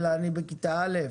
אני בכיתה א'.